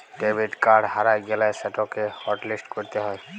debit card হারাঁয় গ্যালে সেটকে হটলিস্ট ক্যইরতে হ্যয়